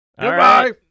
Goodbye